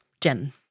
Jen